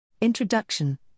Introduction –